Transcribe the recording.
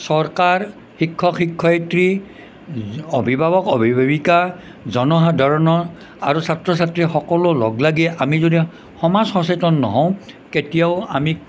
চৰকাৰ শিক্ষক শিক্ষয়িত্ৰী অভিভাৱক অভিভাৱিকা জনসাধাৰণৰ আৰু ছাত্ৰ ছাত্ৰীৰ সকলো লগ লাগি আমি যদি সমাজ সচেতন নহওঁ কেতিয়াও আমি